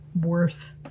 worth